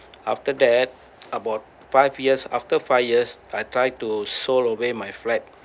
after that about five years after five years I try to sold away my flat